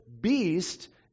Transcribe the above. beast